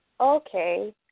Okay